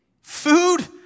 food